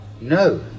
No